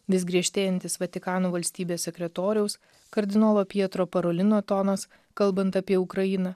vis griežtėjantis vatikano valstybės sekretoriaus kardinolo pietro parulino tonas kalbant apie ukrainą